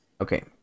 Okay